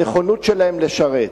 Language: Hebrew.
הנכונות שלהם לשרת,